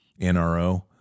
NRO